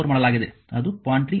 4 ಮಾಡಲಾಗಿದೆ ಅದು 0